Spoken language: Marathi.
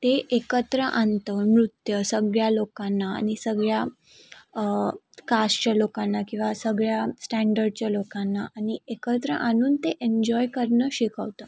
ते एकत्र आणतं नृत्य सगळ्या लोकांना आणि सगळ्या कास्टच्या लोकांना किंवा सगळ्या स्टँडर्डच्या लोकांना आणि एकत्र आणून ते एन्जॉय करणं शिकवतं